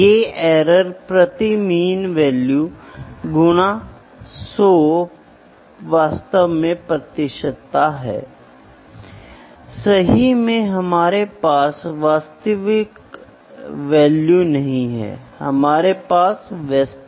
फिर trial and error विधि द्वारा मापदंडों को समायोजित किया जाता है जब तक कि सिस्टम डिज़ाइन प्रोडक्ट का वांछित प्रदर्शन नहीं देता